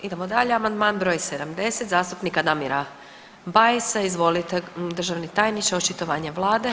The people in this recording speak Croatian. Idemo dalje, amandman br. 70 zastupnika Damira Bajsa, izvolite državni tajniče očitovanje vlade.